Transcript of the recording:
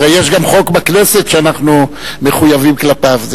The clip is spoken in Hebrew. הרי יש גם חוק בכנסת שאנחנו מחויבים כלפיו.